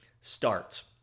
starts